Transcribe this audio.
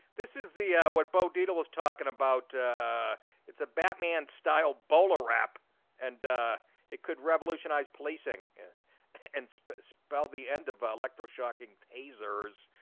this is the what bo dietl was talking about it's a batman style bowler rap and it could revolutionize policing and spell spell the end of ah lecture shocking phasers,